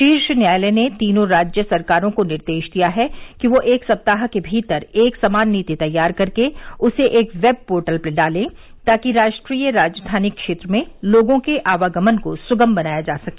शीर्ष न्यायालय ने तीनों राज्य सरकारों को निर्देश दिया है कि वे एक सप्ताह के भीतर एक समान नीति तैयार करके उसे एक वेब पोर्टल पर डालें ताकि राष्ट्रीय राजधानी क्षेत्र में लोगों के आवागमन को सुगम बनाया जा सके